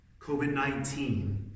COVID-19